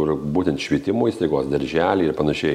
kur būtent švietimo įstaigos darželiai ir panašiai